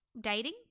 dating